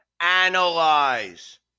analyze